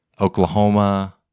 Oklahoma